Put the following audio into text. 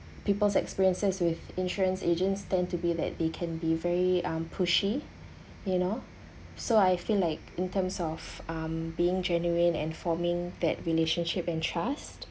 people's experiences with insurance agents tend to be like they can be very um pushy you know so I feel like in terms of um being genuine and forming that relationship and trust